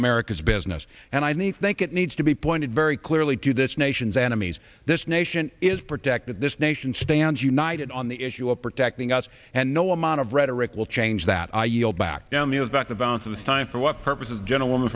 america's business and i think it needs to be pointed very clearly to this nation's enemies this nation is protected this nation stands united on the issue of protecting us and no amount of rhetoric will change that i yield back down the about the balance of the time for what purpose of gentleman